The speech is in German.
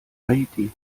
haiti